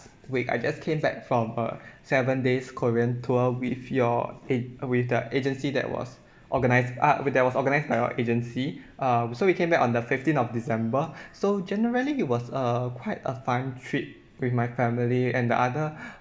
week I just came back from a seven days korean tour with your ag~ with the agency that was organised ah with that was organised by your agency um so we came back on the fifteen of december so generally it was uh quite a fun trip with my family and the other